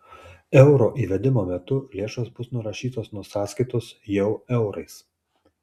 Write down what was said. euro įvedimo metu lėšos bus nurašytos nuo sąskaitos jau eurais